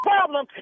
Problem